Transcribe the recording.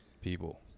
people